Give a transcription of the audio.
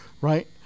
right